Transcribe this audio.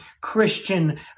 Christian